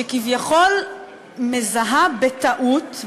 שכביכול מזהה בטעות,